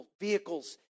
Vehicles